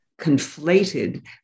conflated